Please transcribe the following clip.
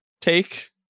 take